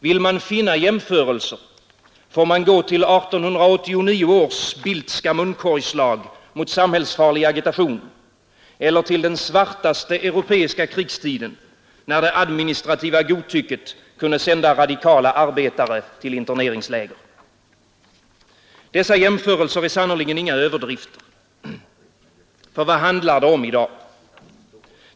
Vill man finna jämförelser får man gå till 1889 års Bildtska munkorgslag mot samhällsfarlig agitation eller till den svartaste europeiska krigstiden, när det administrativa godtycket kunde sända radikala arbetare till interneringsläger. Dessa jämförelser är sannerligen inga överdrifter. Ty vad handlar det om i dag?